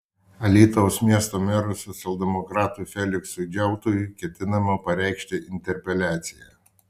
alytaus miesto merui socialdemokratui feliksui džiautui ketinama pareikšti interpeliaciją